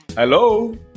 Hello